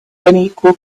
unequal